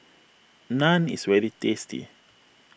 Naan is very tasty